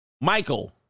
Michael